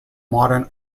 modern